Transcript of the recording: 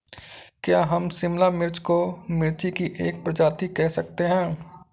क्या हम शिमला मिर्च को मिर्ची की एक प्रजाति कह सकते हैं?